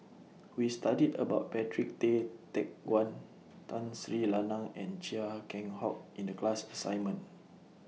We studied about Patrick Tay Teck Guan Tun Sri Lanang and Chia Keng Hock in The class assignment